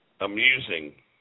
amusing